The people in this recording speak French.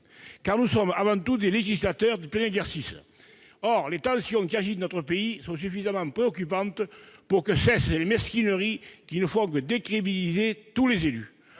Car nous sommes avant tout des législateurs de plein exercice. Or les tensions qui agitent notre pays sont suffisamment préoccupantes pour que cessent les mesquineries qui ne font que décrédibiliser tous les élus.